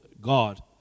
God